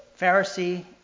Pharisee